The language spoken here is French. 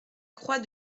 croix